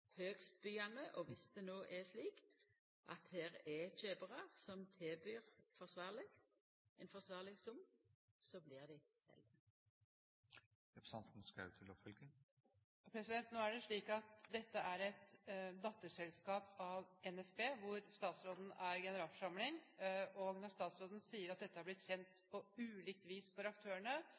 og om det no er slik at her er kjøparar som tilbyr ein forsvarleg sum, blir dei selde. Nå er det jo slik at dette er et datterselskap av NSB hvor statsråden er generalforsamling, og når statsråden sier at dette har blitt kjent på ulikt vis for aktørene,